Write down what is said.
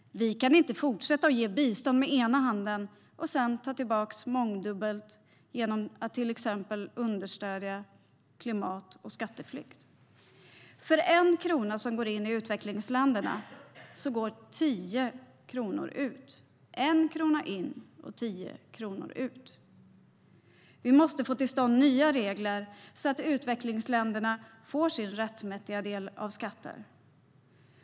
Vi kan inte fortsätta att ge bistånd med ena handen och sedan ta tillbaka mångdubbelt genom att till exempel understödja klimat och skatteflykt. För 1 krona som går in i utvecklingsländerna går 10 kronor ut. Vi måste få till stånd nya regler så att utvecklingsländerna får sin rättmätiga del av skatter.